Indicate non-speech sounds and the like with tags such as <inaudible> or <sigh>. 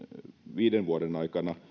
viiden vuoden aikana <unintelligible>